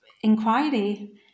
inquiry